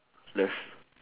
left